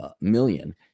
million